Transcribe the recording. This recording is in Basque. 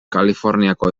kaliforniako